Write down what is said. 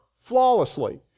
flawlessly